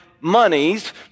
monies